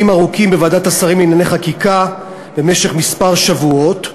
ארוכים בוועדת השרים לענייני חקיקה במשך כמה שבועות.